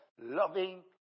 loving